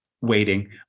waiting